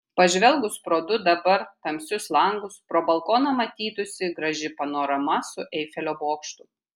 pažvelgus pro du dabar tamsius langus pro balkoną matytųsi graži panorama su eifelio bokštu